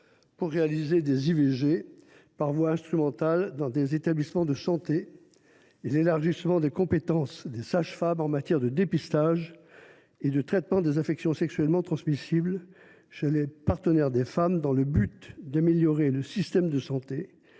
de réaliser des IVG par voie instrumentale dans les établissements de santé ou encore élargissement des compétences des sages femmes en matière de dépistage et de traitement des infections sexuellement transmissibles chez les partenaires des femmes dans le but d’améliorer le système de santé